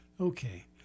Okay